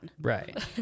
Right